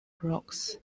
crux